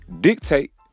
Dictate